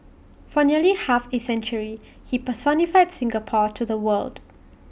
for nearly half A century he personified Singapore to the world